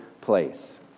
place